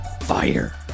Fire